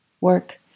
Work